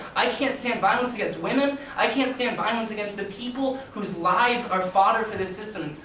i can't stand violence against women, i can't stand violence against the people whose lives are fodder for this system.